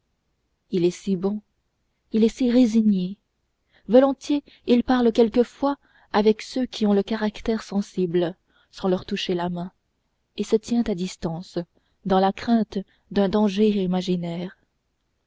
il est si bon il est si résigné volontiers il parle quelquefois avec ceux qui ont le caractère sensible sans leur toucher la main et se tient à distance dans la crainte d'un danger imaginaire